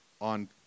on